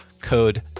code